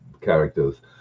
characters